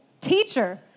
teacher